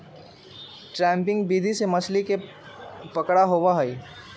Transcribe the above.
trapping विधि से मछली के पकड़ा होबा हई